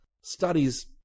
studies